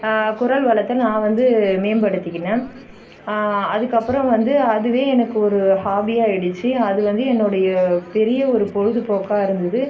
குரல் வளர்த்த நான் வந்து மேம்படுத்திக்கின அதற்கப்பறம் வந்து அதுவே எனக்கு ஒரு ஹாபியாயிடுச்சு அது வந்து என்னுடைய பெரிய ஒரு பொழுதுபோக்காக இருந்துது